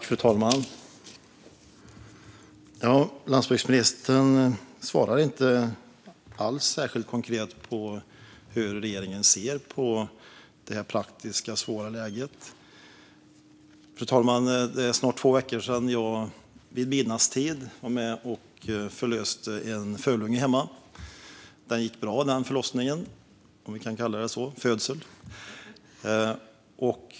Fru talman! Landsbygdsministern svarar inte alls särskilt konkret på hur regeringen ser på det svåra läget. Det är snart två veckor sedan jag vid middagstid var med och förlöste en fölunge hemma. Den förlossningen - eller jag kanske ska kalla det födseln - gick bra.